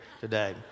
today